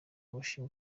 worship